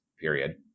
period